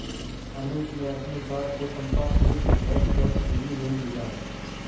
अमित ने अपनी कार को संपार्श्विक रख कर निजी ऋण लिया है